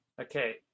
Okay